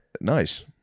nice